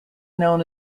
known